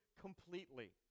completely